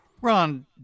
Ron